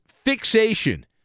fixation